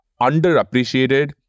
underappreciated